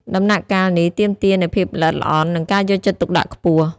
ដំណាក់កាលនេះទាមទារនូវភាពល្អិតល្អន់ និងការយកចិត្តទុកដាក់ខ្ពស់។